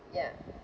ya